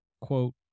quote